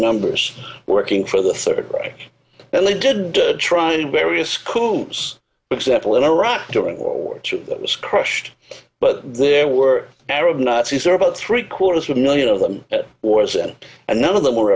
numbers working for the third reich and they did trying various coombes example in iraq during world war two that was crushed but there were arab nazis or about three quarters of million of them at war's end and none of them were